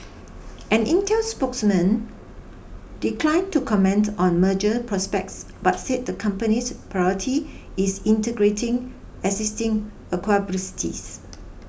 an Intel spokeswomen declined to comment on merger prospects but said the company's priority is integrating existing